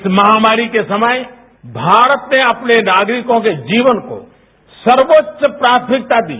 इस महामारी के समय भारत ने अपने नागरिकों के जीवन को सर्वोच्च प्राथमिकता दी